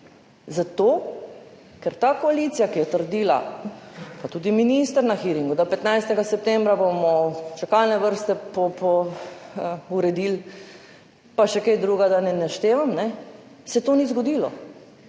Zato ker ta koalicija, ki je trdila, pa tudi minister na hearingu, da bomo 15. septembra čakalne vrste uredili, pa še kaj drugega, da ne naštevam – to se ni zgodilo.